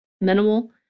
minimal